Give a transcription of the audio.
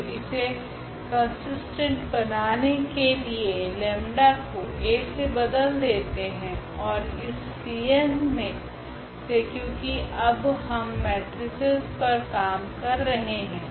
तो इसे कंसिस्टेंट बनाने के लिए 𝜆 को A से बदल देते है ओर इस cn से क्योकि अब हम मेट्रिसेस पर काम कर रहे है